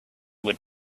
would